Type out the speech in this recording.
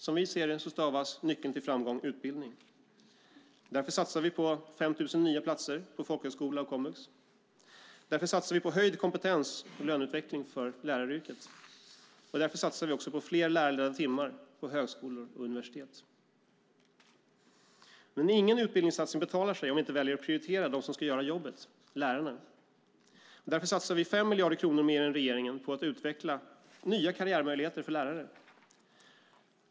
Som vi ser det stavas nyckeln till framgång utbildning. Därför satsar vi på 5 000 nya platser på folkhögskola och komvux. Därför satsar vi på höjd kompetens och löneutveckling för läraryrket. Därför satsar vi också på fler lärarledda timmar på högskolor och universitet. Men ingen utbildningssatsning betalar sig om vi inte väljer att prioritera dem som ska göra jobbet - lärarna. Därför satsar vi 5 miljarder kronor mer än regeringen på att utveckla nya karriärmöjligheter för lärare.